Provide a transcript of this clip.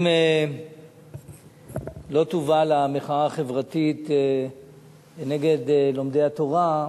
אם לא תובל המחאה החברתית כנגד לומדי התורה,